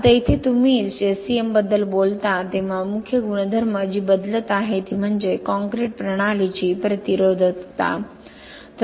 आता इथे तुम्ही SCM बद्दल बोलता तेव्हा मुख्य गुणधर्म जी बदलत आहे ती म्हणजे काँक्रीट प्रणालीची प्रतिरोधकता